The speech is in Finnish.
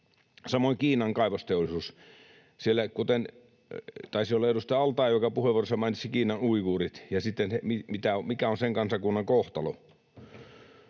Samoin Kiinan kaivosteollisuus, kuten edustaja al-Taee taisi puheenvuorossaan mainita Kiinan uiguurit ja mikä on sen kansakunnan kohtalo.